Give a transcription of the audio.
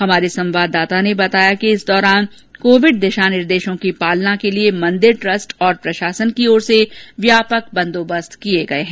हमारे संवाददाता ने बताया कि इस दौरान कोविड दिशा निर्देशों की पालना के लिये मंदिर ट्रस्ट और प्रशासन की ओर से व्यापक बंदोबस्त किये गये हैं